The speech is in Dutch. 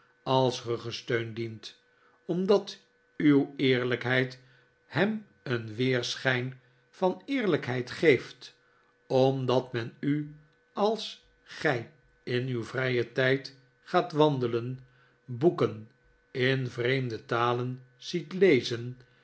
als ruggesteun dient omdat uw eerlijkheid hem een weerschijn van eerlijkheid geeft omdat men u als gij in uw vrijen tijd gaat wandelen boeken in vreemde talen ziet lezen